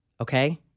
Okay